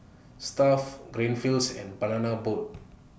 Stuff'd Greenfields and Banana Boat